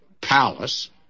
palace